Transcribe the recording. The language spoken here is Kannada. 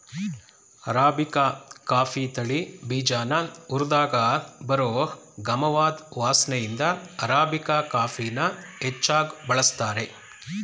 ಅರಾಬಿಕ ಕಾಫೀ ತಳಿ ಬೀಜನ ಹುರ್ದಾಗ ಬರೋ ಗಮವಾದ್ ವಾಸ್ನೆಇಂದ ಅರಾಬಿಕಾ ಕಾಫಿನ ಹೆಚ್ಚಾಗ್ ಬಳಸ್ತಾರೆ